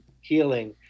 healing